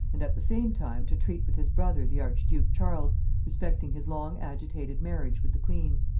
and at the same time to treat with his brother the archduke charles respecting his long agitated marriage with the queen.